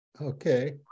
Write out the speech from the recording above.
Okay